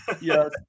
Yes